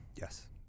yes